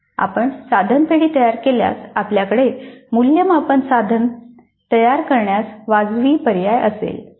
आपण साधन पेढी तयार केल्यास आपल्याकडे मूल्यमापन साधन तयार करण्यास वाजवी पर्याय असेल